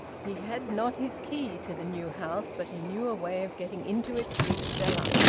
he had not his key to the new house, but he knew a way of getting into it through the cellar.